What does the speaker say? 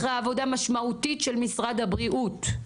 אחרי עבודה משמעותית של משרד הבריאות,